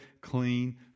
clean